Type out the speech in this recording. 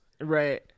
right